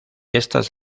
estas